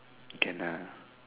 can ah